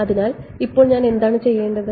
അതിനാൽ ഇപ്പോൾ ഞാൻ എന്താണ് ചെയ്യേണ്ടത്